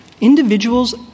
Individuals